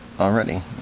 already